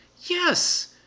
Yes